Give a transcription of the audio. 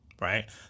Right